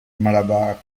malabar